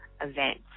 event